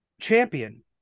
champion